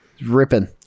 Ripping